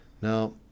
Now